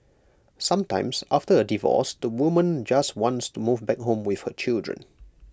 sometimes after A divorce the woman just wants to move back home with her children